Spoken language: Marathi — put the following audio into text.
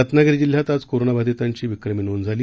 रत्नागिरी जिल्ह्यात आज करोनाबाधितांची विक्रमी नोंद झाली